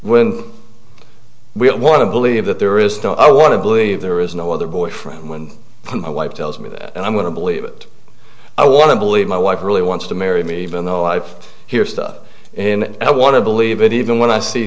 when we don't want to believe that there is still i want to believe there is no other boyfriend when my wife tells me that i'm going to believe it i want to believe my wife really wants to marry me even though i've hear stuff and i want to believe it even when i see